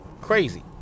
crazy